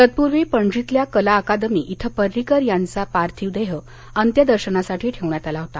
तत्पूर्वी पणजीतल्या कला अकादमी इथं पर्रीकर यांचा पार्थिव देह अंत्यदर्शनासाठी ठेवण्यात आला होता